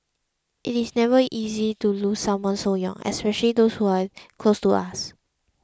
it is never easy to lose someone so young especially those who are close to us